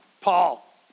Paul